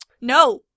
No